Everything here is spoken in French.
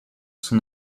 son